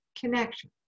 connection